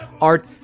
Art